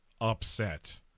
upset